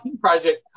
Project